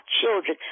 children